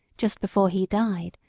just before he died,